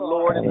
Lord